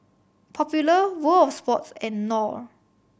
Popular World Of Sports and Knorr